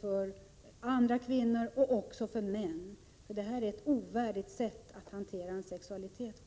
för andra kvinnor och även för män? Att anlita prostituerade är ett ovärdigt sätt att hantera sin sexualitet på.